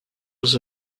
was